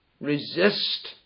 resist